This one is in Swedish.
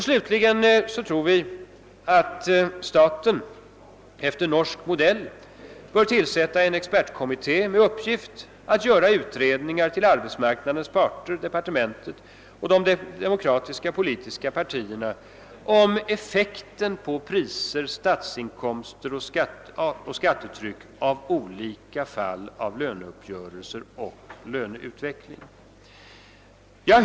Slutligen tror vi att staten, efter norsk modell, bör tillsätta en expertkommitté med uppgift att göra utredningar till arbetsmarknadens parter, departementet och de demokratiska politiska partierna om effekten på priser, statsinkomster och skattetryck av olika fall av löneuppgörelser och löneutveckling.